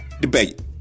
debate